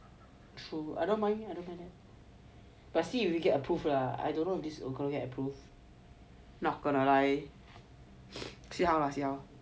true I don't mind but see if we can get approve lah I don't know if this going to go get approve not going to lie see how lah see how